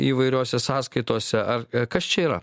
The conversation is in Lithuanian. įvairiose sąskaitose ar kas čia yra